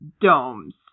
domes